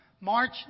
March